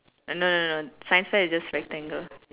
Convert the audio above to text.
uh no no no science fair is just rectangle